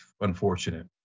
unfortunate